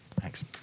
Thanks